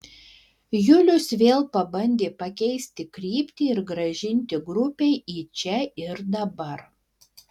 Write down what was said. julius vėl pabandė pakeisti kryptį ir grąžinti grupę į čia ir dabar